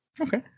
Okay